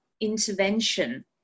intervention